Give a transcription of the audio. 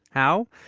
how?